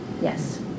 yes